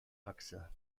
achse